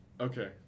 okay